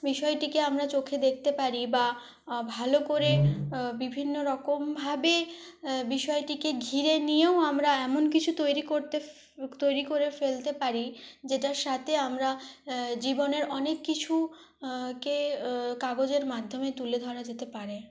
বিষয়টিকে আমরা চোখে দেখতে পারি বা ভালো করে বিভিন্ন রকমভাবে বিষয়টিকে ঘিরে নিয়েও আমরা এমন কিছু তৈরি করতে তৈরি করে ফেলতে পারি যেটার সাথে আমরা জীবনের অনেক কিছু কে কাগজের মাধ্যমে তুলে ধরা যেতে পারে